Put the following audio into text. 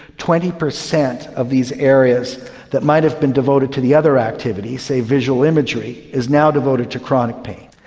twenty percent of these areas that might have been devoted to the other activity, say visual imagery, is now devoted to chronic pain.